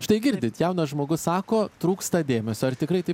štai girdite jaunas žmogus sako trūksta dėmesio ar tikrai taip